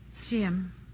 Jim